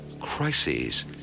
Crises